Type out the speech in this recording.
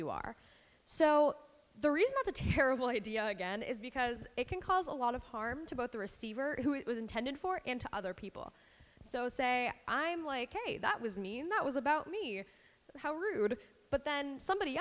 you are so the reason that's a terrible idea again is because it can cause a lot of harm to both the receiver who it was intended for and to other people so say i'm like hey that was me and that was about me or how rude but then somebody